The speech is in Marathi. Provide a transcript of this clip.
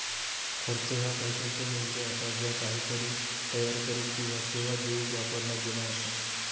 खर्च ह्या पैशाचो मू्ल्य असा ज्या काहीतरी तयार करुक किंवा सेवा देऊक वापरला गेला असा